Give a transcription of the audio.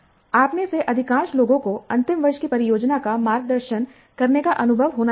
आप में से अधिकांश लोगों को अंतिम वर्ष की परियोजना का मार्गदर्शन करने का अनुभव होना चाहिए